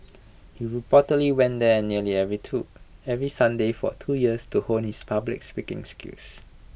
he reportedly went there nearly every to every Sunday for two years to hone his public speaking skills